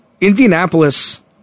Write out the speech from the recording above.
Indianapolis